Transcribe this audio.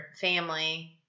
family